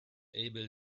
able